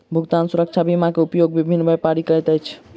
भुगतान सुरक्षा बीमा के उपयोग विभिन्न व्यापारी करैत अछि